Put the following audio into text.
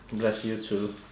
bless you too